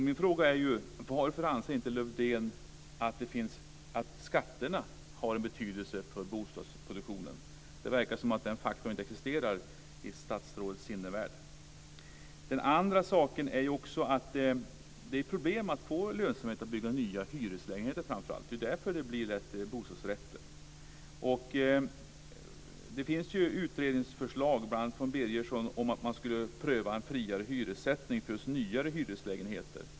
Min fråga är ju: Varför anser inte Lövdén att skatterna har en betydelse för bostadsproduktionen? Det verkar som att den faktorn inte existerar i statsrådets sinnevärld. En annan sak är att det är problem att få lönsamhet i att bygga framför allt nya hyreslägenheter. Det är därför det lätt blir bostadsrätter. Det finns ju utredningsförslag, bl.a. från Birgersson, om att man skulle pröva en friare hyressättning för nyare hyreslägenheter.